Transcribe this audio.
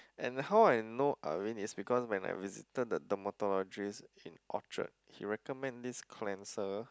and how I know Avene is because when I visited the dermatologist in Orchard he recommend this cleanser